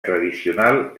tradicional